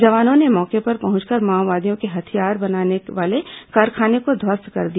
जवानों ने मौके पर पहुंचकर माओवादियों के हथियार बनाने वाले कारखाने को ध्वस्त कर दिया